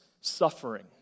suffering